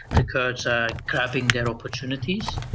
the kurds are grabbing their opportunities.